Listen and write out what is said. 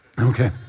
Okay